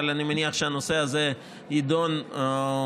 אבל אני מניח שהנושא הזה יידון ברצינות